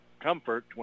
Comfort